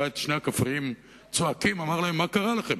ראה את שני הכפריים צועקים ושאל: מה קרה לכם?